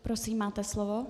Prosím, máte slovo.